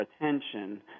attention